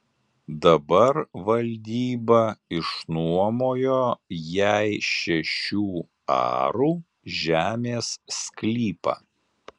dabar valdyba išnuomojo jai šešių arų žemės sklypą